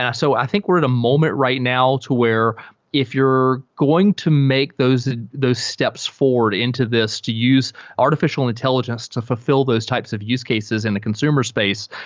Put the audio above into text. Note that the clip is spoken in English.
yeah so i think we're at a moment right now to where if you're going to make those those steps forward into this to use artificial intelligence to fulfill those types of use cases in the consumer space,